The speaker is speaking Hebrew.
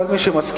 כל מי שמסכים,